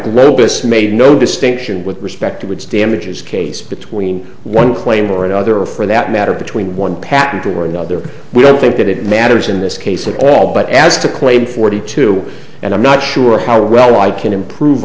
globus made no distinction with respect to which damages case between one claim or another or for that matter between one patent or another we don't think that it matters in this case at all but as to claim forty two and i'm not sure how well i can improve